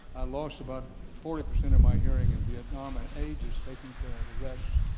i lost about forty percent of my hearing in vietnam and age has taken care of the rest.